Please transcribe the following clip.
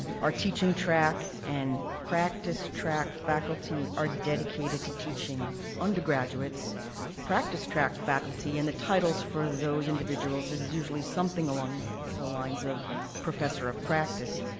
our teaching track and practice track, faculty are dedicated to teaching undergraduates practice track faculty and the titles for those individuals is usually something along the the lines of professor of practice,